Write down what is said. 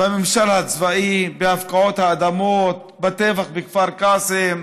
בממשל הצבאי, בהפקעות האדמות, בטבח בכפר קאסם,